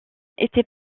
étaient